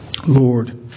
Lord